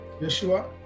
Yeshua